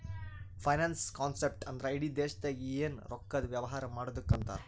finance concept ಅಂದ್ರ ಇಡಿ ದೇಶ್ದಾಗ್ ಎನ್ ರೊಕ್ಕಾದು ವ್ಯವಾರ ಮಾಡದ್ದುಕ್ ಅಂತಾರ್